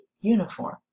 uniform